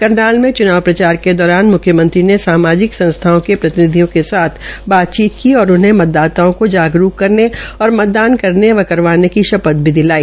करनाल मे चुनाव प्रचार के दौरान मुख्मयंत्री ने सामाजिक संस्थाओं के प्रतिनिधियों के साथ बातचीत की और मतदाताओं की जागरूक करने और मतदान करने व करवाने की शपथ भी दिलाई